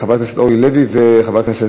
(אי-גילוי חוות דעת